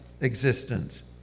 existence